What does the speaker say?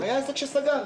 ומצאנו שהיה עסק שנסגר,